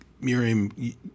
Miriam